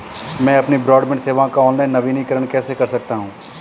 मैं अपनी ब्रॉडबैंड सेवा का ऑनलाइन नवीनीकरण कैसे कर सकता हूं?